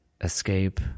escape